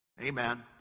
Amen